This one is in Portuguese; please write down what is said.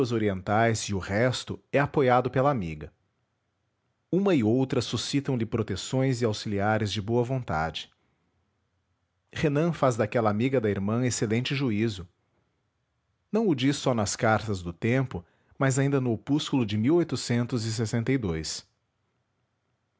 orientais e o resto é apoiado pela amiga uma e outra suscitam lhe proteções e auxiliares de boa vontade renan faz daquela amiga da irmã excelente juízo não o diz só nas cartas do tempo mas ainda no opúsculo de a de